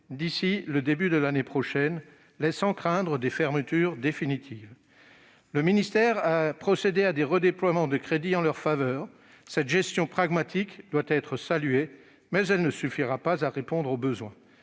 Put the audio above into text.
d'ici au début de l'année prochaine, laissant craindre des fermetures définitives. Le ministère a procédé à des redéploiements de crédits en leur faveur. Cette gestion pragmatique doit être saluée, mais elle ne suffira pas à répondre aux besoins.